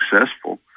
successful